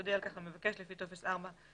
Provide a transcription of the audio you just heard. תודיע על כך למבקש לפי טופס 4 שבתוספת.